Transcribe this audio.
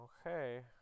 Okay